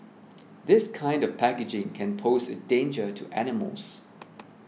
this kind of packaging can pose a danger to animals